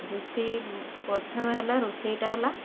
ରୋଷେଇ ପ୍ରଥମେ ହେଲା ରୋଷେଇଟା ହେଲା